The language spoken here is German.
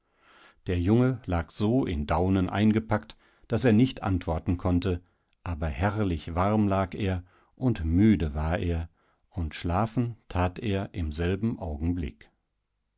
der junge lag so in daunen eingepackt daß er nicht antworten konnte aber herrlich warm lag er und müde war er und schlafen tat er im selben augenblick